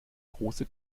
große